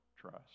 trust